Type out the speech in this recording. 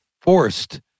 forced